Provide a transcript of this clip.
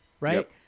right